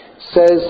says